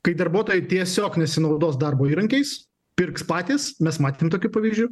kai darbuotojai tiesiog nesinaudos darbo įrankiais pirks patys mes matėm tokių pavyzdžių